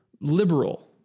liberal